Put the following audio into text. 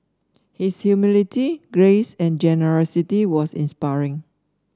his humility grace and generosity was inspiring